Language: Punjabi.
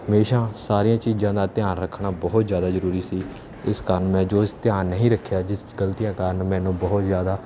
ਹਮੇਸ਼ਾ ਸਾਰੀਆਂ ਚੀਜ਼ਾਂ ਦਾ ਧਿਆਨ ਰੱਖਣਾ ਬਹੁਤ ਜ਼ਿਆਦਾ ਜ਼ਰੂਰੀ ਸੀ ਇਸ ਕਾਰਨ ਮੈਂ ਜੋ ਇਸ ਧਿਆਨ ਨਹੀਂ ਰੱਖਿਆ ਜਿਸ ਗਲਤੀਆਂ ਕਾਰਨ ਮੈਨੂੰ ਬਹੁਤ ਜ਼ਿਆਦਾ